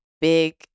big